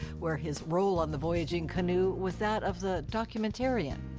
where his role on the voyaging canoe was that of the documentarian.